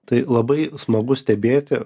tai labai smagu stebėti